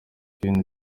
ikintu